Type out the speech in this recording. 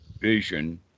vision